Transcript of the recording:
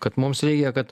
kad mums reikia kad